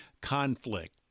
conflict